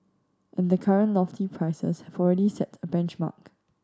and the current lofty prices have already set a benchmark